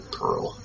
pearl